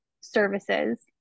services